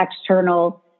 external